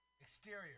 Exterior